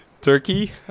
Turkey